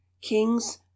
Kings